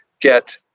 get